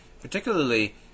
particularly